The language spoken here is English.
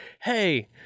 hey